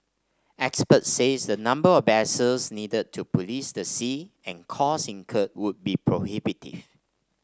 experts say the number of vessels needed to police the seas and costs incurred would be prohibitive